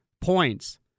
points